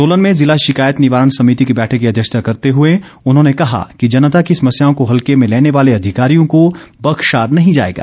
सोलन में जिला शिकायत निवारण समिति की बैठक की अध्यक्षता करते हुए उन्होंने कहा कि जनता की समस्याओं को हलके में लेने वाले अधिकारियों को बख्शा नहीं जाएगा